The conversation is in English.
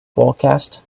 forecast